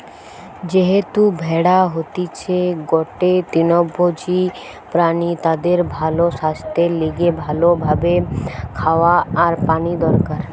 যেহেতু ভেড়া হতিছে গটে তৃণভোজী প্রাণী তাদের ভালো সাস্থের লিগে ভালো ভাবে খাওয়া আর পানি দরকার